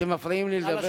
אתם מפריעים לי לדבר.